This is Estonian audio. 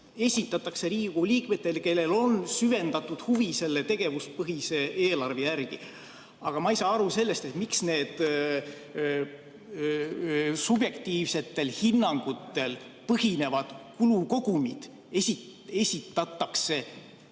esitatakse Riigikogu liikmetele, kellel on süvendatud huvi selle tegevuspõhise eelarve vastu? Aga ma ei saa aru sellest, miks need subjektiivsetel hinnangutel põhinevad kulukogumid esitatakse seadusena